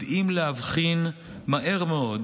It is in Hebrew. יודעים להבחין מהר מאוד